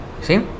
See